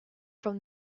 from